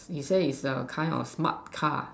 he say is a kind of smart car